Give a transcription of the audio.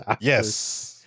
yes